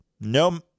no